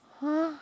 !huh!